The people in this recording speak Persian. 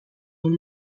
این